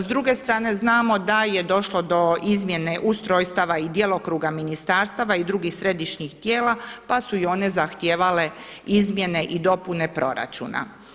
S druge strane znamo da je došlo do izmjene ustrojstava i djelokruga ministarstava i drugih središnjih tijela, pa su i one zahtijevale izmjene i dopune proračuna.